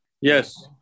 yes